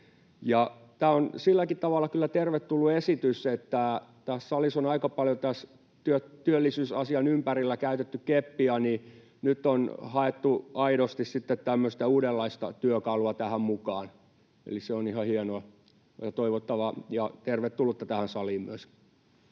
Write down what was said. Tämä on silläkin tavalla kyllä tervetullut esitys, että kun tässä salissa on aika paljon työllisyysasian ympärillä käytetty keppiä, niin nyt on haettu aidosti sitten tämmöistä uudenlaista työkalua tähän mukaan, eli se on ihan hienoa ja toivottavaa ja tervetullutta tähän saliin myös.